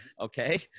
Okay